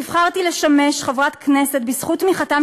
נבחרתי לשמש חברת כנסת בזכות תמיכתם